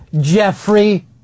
Jeffrey